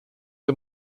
der